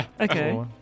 Okay